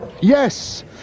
Yes